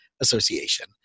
Association